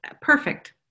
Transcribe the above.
perfect